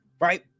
right